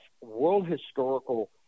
world-historical